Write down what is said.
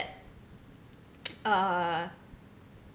uh